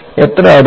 എത്ര അടുത്താണ്